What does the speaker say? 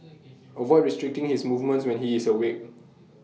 avoid restricting his movements when he is awake